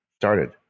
started